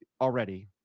already